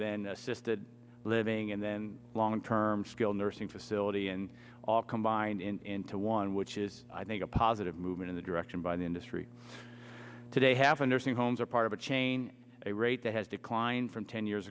then assisted living and then long term skilled nursing facility and all combined in to one which is i think a positive movement in the direction by the industry today half a nursing homes are part of a chain a rate that has declined from ten years